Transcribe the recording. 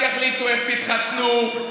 איך תתחתנו,